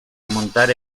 montar